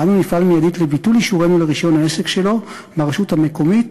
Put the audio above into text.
אנו נפעל מייד לביטול אישורנו לרישיון העסק שלו מהרשות המקומית,